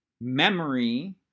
memory